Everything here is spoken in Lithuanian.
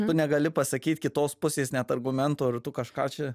tu negali pasakyt kitos pusės net argumento ar tu kažką čia